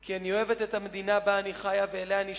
כי אני אוהבת את המדינה שבה אני חיה ואליה אני שייכת.